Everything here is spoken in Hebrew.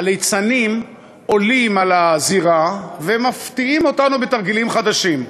הליצנים עולים לזירה ומפתיעים אותנו בתרגילים חדשים.